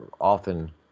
often